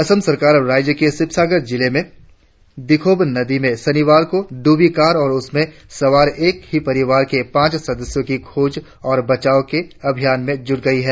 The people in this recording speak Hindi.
असम सरकार राज्य के शिवसागर जिले मे दिखोब नदी में शनिवार को ड्रबी कार और उसमें सवार एक ही परिवार के पांच सदस्यों की खोज और बचाव के अभियान में जुट गयी है